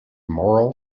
moral